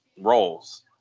roles